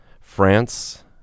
France